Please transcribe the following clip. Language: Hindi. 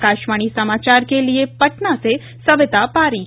आकाशवाणी समाचार के लिए पटना से सविता पारीक